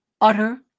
utter